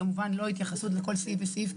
כמובן לא התייחסות לכל סעיף וסעיף,